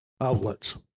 outlets